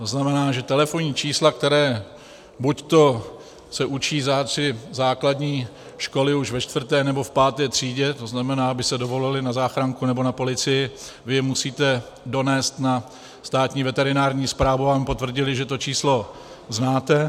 To znamená, že telefonní čísla, která buď se učí žáci základní školy už ve čtvrté nebo v páté třídě, to znamená, aby se dovolali na záchranku nebo na policii, vy musíte donést na Státní veterinární správu, aby vám potvrdili, že to číslo znáte.